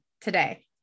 today